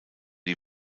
die